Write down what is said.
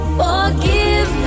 forgive